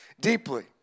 deeply